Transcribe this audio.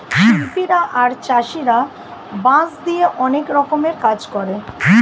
শিল্পীরা আর চাষীরা বাঁশ দিয়ে অনেক রকমের কাজ করে